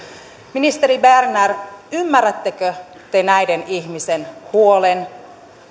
ministeri berner ymmärrättekö te näiden ihmisten huolen